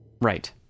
Right